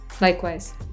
Likewise